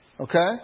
Okay